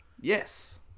Yes